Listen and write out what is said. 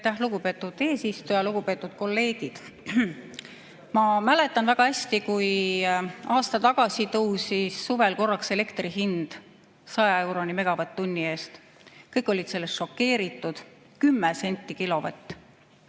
lugupeetud eesistuja! Lugupeetud kolleegid! Ma mäletan väga hästi, kui aasta tagasi tõusis suvel korraks elektri hind 100 euroni megavatt-tunni eest. Kõik olid šokeeritud. 10 senti kilovatt!